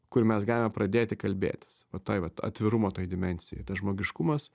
kur mes galime pradėti kalbėtis va toj vat atvirumo toj dimensijoj tas žmogiškumas